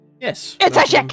yes